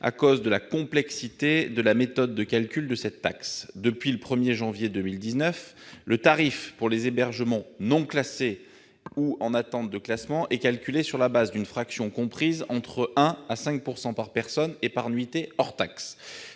en raison de la complexité de la méthode de calcul de cette taxe. Depuis le 1janvier 2019, le tarif pour les hébergements non classés ou en attente de classement est calculé sur la base d'une fraction comprise entre 1 % et 5 % par personne et par nuitée hors taxe.